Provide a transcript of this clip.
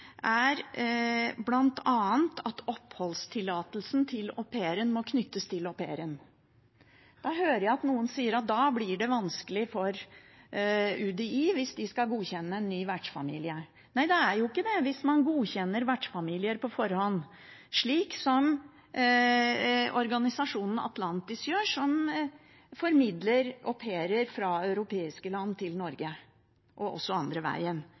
er at oppholdstillatelsen til au pairen må knyttes til au pairen. Da hører jeg noen si at da blir det vanskelig for UDI hvis de skal godkjenne ny vertsfamilie. Nei, det blir ikke det hvis man godkjenner vertsfamilier på forhånd, slik det gjøres av organisasjonen Atlantis, som formidler au pairer fra europeiske land til Norge og også den andre